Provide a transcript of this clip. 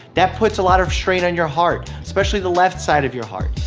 that puts a lot of strain on your heart, especially the left side of your heart.